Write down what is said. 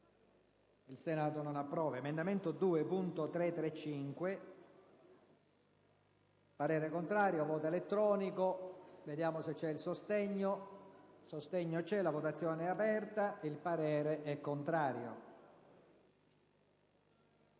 **Il Senato non approva**.